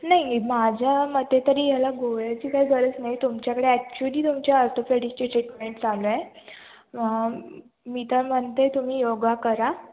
नाही माझ्या मते तरी ह्याला गोळ्याची काय गरज नाही तुमच्याकडे ॲक्चुअली तुमच्या ऑर्थोपेडिक्सची ट्रीटमेंट चालू आहे मी तर म्हणते तुम्ही योग करा